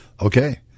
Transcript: okay